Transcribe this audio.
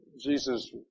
Jesus